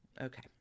Okay